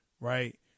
right